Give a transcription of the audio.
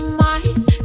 mind